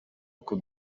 ngo